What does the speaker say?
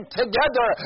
together